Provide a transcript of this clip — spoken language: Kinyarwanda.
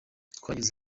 twageze